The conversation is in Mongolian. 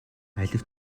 алив